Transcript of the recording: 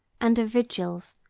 and of vigils,